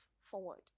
forward